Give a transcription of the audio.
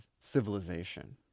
civilization